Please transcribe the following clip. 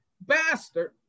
bastard